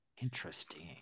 interesting